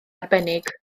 arbennig